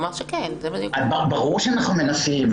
ברור שאנחנו מנסים,